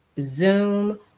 Zoom